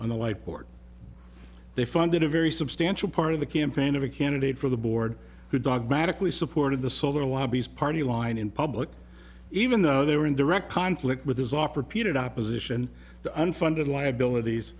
on the white board they funded a very substantial part of the campaign of a candidate for the board who dogmatically supported the solar lobbies party line in public even though they were in direct conflict with his offer pete opposition to un funded liabilities